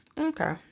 okay